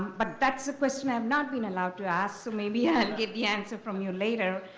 but that's a question i'm not being allowed to ask, so maybe i'll get the answer from you later.